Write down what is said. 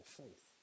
faith